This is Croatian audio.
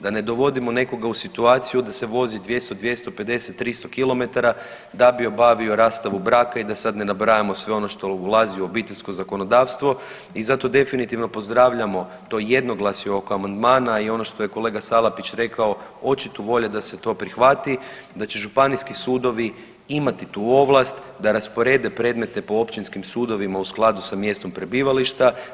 Da ne dovodimo nekoga u situaciju da se vozi 200, 250, 300 kilometara da bi obavio rastavu braka i da sad ne nabrajamo sve ono što ulazi u obiteljsko zakonodavstvo i zato definitivno pozdravljamo to jednoglasje oko amandmana i ono što je kolega Salapić rekao očito volja da se to prihvati, da će županijski sudovi imati tu ovlast da rasprede predmete po općinskim sudovima u skladu s mjestom prebivališta.